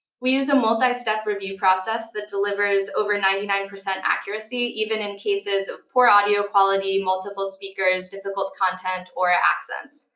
we use a multi-step review process that delivers over ninety nine percent accuracy, even in cases of poor audio quality, multiple speakers, difficult content, or accents.